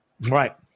right